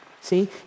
See